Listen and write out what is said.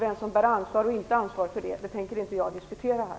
Vem som bär eller inte bär ansvaret tänker jag inte diskutera här.